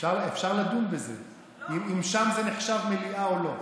אפשר לדון בזה, אם שם זה נחשב מליאה או לא.